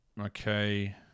Okay